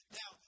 now